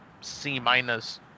C-minus